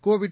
Covid